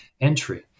entry